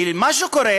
כי מה שקורה